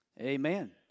Amen